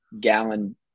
gallon